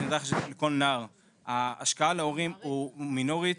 ההשקעה להורים היא מינורית